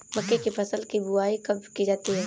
मक्के की फसल की बुआई कब की जाती है?